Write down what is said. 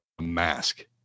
mask